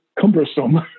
cumbersome